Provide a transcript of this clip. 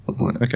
Okay